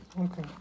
Okay